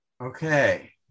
Okay